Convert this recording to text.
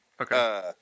Okay